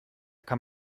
kann